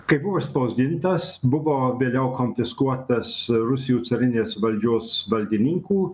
kai buvo išspausdintas buvo vėliau konfiskuotas rusijų carinės valdžios valdininkų